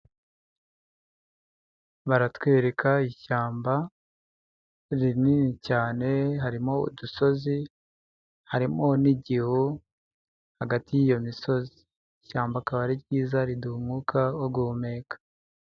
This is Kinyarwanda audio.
Baratwereka ishyamba rinini cyane harimo udusozi, harimo n'igihu hagati y'iyo misozi, ishyamba rikaba ari ryiza, riduha umwuka wo guhumeka.